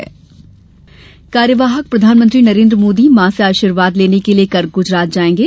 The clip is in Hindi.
पीएम गुजरात कार्यवाहक प्रधानमंत्री नरेन्द्र मोदी मां से आशीर्वाद लेने के लिये कल ग्रजरात जाएंगे